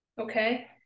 okay